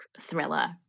thriller